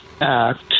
act